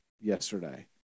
yesterday